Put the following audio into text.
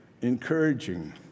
encouraging